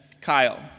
Kyle